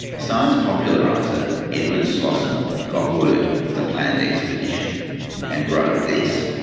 science populariser edwin slosson got word of the planned expedition and wrote this